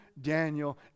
Daniel